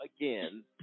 again